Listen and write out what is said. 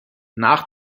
nach